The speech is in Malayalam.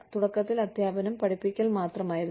തുടക്കത്തിൽ അധ്യാപനം പഠിപ്പിക്കൽ മാത്രമായിരുന്നു